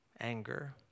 anger